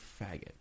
faggot